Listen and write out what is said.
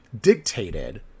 dictated